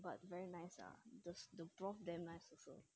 but very nice ah the the broth damn nice also